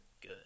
good